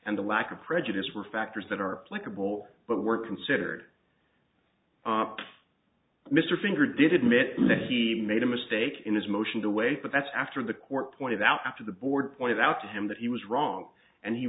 and the lack of prejudice were factors that are applicable but were considered up mr finger did admit that he made a mistake in his motion to wait but that's after the court pointed out after the board pointed out to him that he was wrong and he